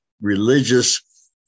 religious